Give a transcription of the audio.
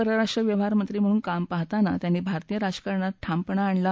परराष्ट्र व्यवहार मंत्री म्हणून काम पाहताना त्यांनी भारतीय राजकारणात ठामपणा आणला